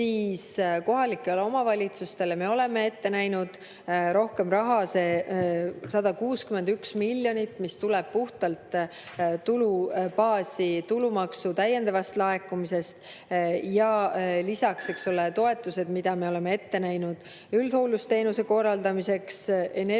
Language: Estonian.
kohalikele omavalitsustele me oleme ette näinud rohkem raha. See 161 miljonit, mis tuleb puhtalt tulubaasi tulumaksu täiendavast laekumisest, ja lisaks toetused, mida me oleme ette näinud üldhooldusteenuse korraldamiseks, energiakulude